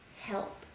help